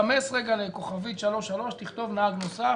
סמס רגע לכוכבית 33 תכתוב נהג נוסף.